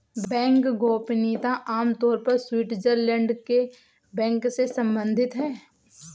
bank गोपनीयता आम तौर पर स्विटज़रलैंड के बैंक से सम्बंधित है